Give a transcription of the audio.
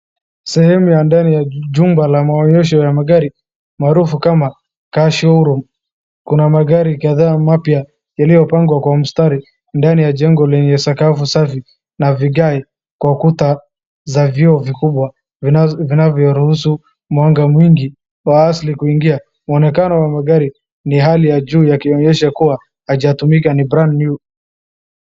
Sehemu ya ndani ya chumba la maonyesho ya magari marufu kama showroom .Kuna magari kadhaa mapya ilipangwa kwa mstari ndani ya jengo ya sakafu safi na vigai kwa ukuta vya vyoo vikubwa vinavyoruhusu mwanga mpya wa asili kuingia maenekeo wa magari ni hali ya juu yakionyesha kuwa haijatumika ni brand new .